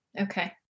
Okay